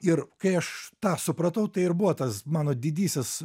ir kai aš tą supratau tai ir buvo tas mano didysis